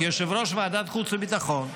כיושב-ראש ועדת החוץ והביטחון,